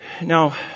Now